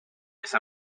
esa